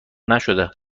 نشده